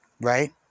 Right